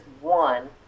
one